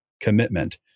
commitment